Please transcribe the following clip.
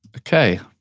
okay,